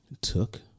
took